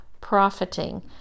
profiting